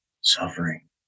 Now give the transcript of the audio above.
suffering